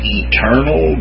eternal